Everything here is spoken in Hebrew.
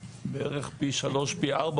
אבל זה כולל הזרמת מים בבית שאן?